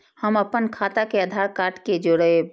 हम अपन खाता के आधार कार्ड के जोरैब?